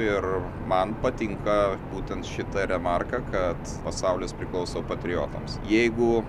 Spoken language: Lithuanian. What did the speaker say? ir man patinka būtent šita remarka kad pasaulis priklauso patriotams jeigu